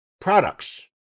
products